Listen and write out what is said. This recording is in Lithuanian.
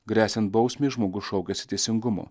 gresiant bausmei žmogus šaukiasi teisingumo